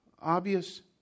obvious